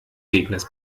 gegners